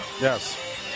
Yes